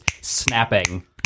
snapping